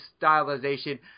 stylization